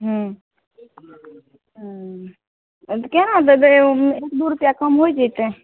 हूँ हँ केना देबै ओहिमे एक दू रुपया कम होइ जैतै